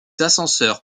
ascenseurs